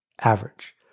average